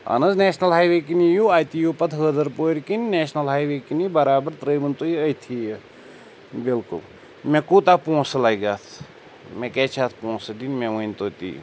اہن حظ national highway کِنۍ یِیو اَتہِ یِیِو پَتہٕ حٲدر پورِ کِنۍ نیشنَل ہاے وے کِنی برابر ترٛٲیِہوٗن تُہۍ یہِ أتتھی یہِ بالکل مےٚ کوٗتاہ پونٛسہٕ لَگہِ اَتھ مےٚ کیٛاہ چھِ اَتھ پونٛسہٕ دِنۍ مےٚ ؤنۍ تو تی